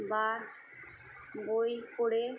বা বই পড়ে